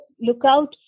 lookout